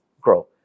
grow